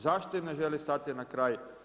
Zašto im ne želi stati na kraj?